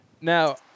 Now